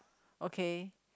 okay